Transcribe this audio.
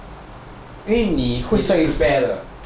要去 prepare 的